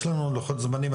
יש לנו לוחות זמנים,